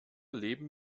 leben